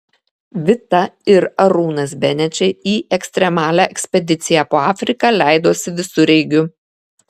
vita ir arūnas benečiai į ekstremalią ekspediciją po afriką leidosi visureigiu